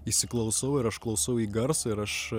įsiklausau ir aš klausau į garsą ir aš